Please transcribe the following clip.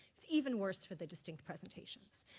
it's even worse for the distinct presentations.